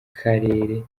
karere